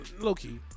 Low-key